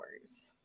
hours